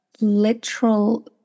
literal